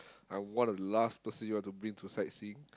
I'm one of the last person you want to bring to sightseeing